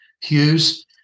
Hughes